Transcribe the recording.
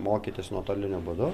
mokytis nuotoliniu būdu